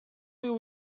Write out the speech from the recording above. will